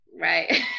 right